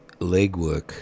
legwork